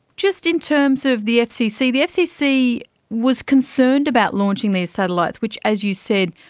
just in terms of the fcc, the fcc was concerned about launching these satellites which, as you said,